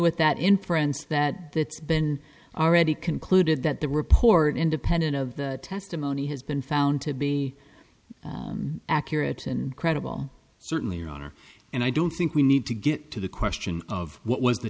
with that inference that that's been already concluded that the report independent of the testimony has been found to be accurate and credible certainly your honor and i don't think we need to get to the question of what was the